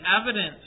evidence